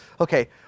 Okay